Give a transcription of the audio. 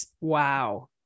Wow